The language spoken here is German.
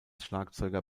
schlagzeuger